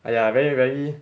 !aiya! very rarely